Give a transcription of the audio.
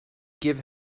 give